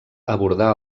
abordar